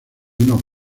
unos